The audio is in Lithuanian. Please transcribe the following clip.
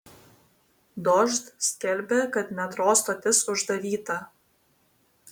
dožd skelbia kad metro stotis uždaryta